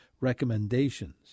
recommendations